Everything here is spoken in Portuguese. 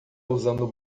usando